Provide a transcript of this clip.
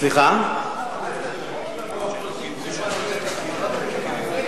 תן להם לעשות את זה לבד.